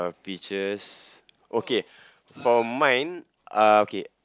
beaches okay for mine uh okay